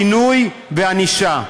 בינוי וענישה.